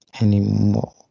anymore